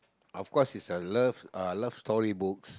of course is a love uh love storybooks